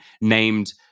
named